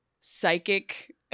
psychic